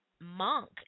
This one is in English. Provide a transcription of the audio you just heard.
monk